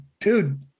dude